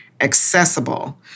accessible